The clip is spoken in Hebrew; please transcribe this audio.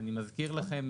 אני מזכיר לכם,